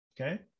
Okay